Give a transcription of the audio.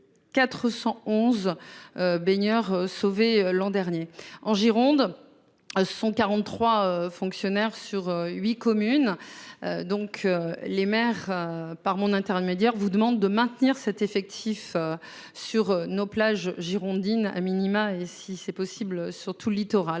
411. Baigneurs sauvés. L'an dernier en Gironde. Sont 43 fonctionnaires sur 8 communes. Donc les maires par mon intermédiaire vous demande de maintenir cet effectif sur nos plages girondines a minima et si c'est possible sur tout le littoral,